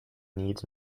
needs